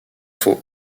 faux